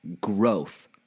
growth